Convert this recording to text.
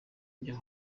byo